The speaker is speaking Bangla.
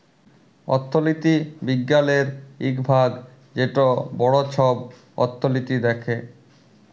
অথ্থলিতি বিজ্ঞালের ইক ভাগ যেট বড় ছব অথ্থলিতি দ্যাখে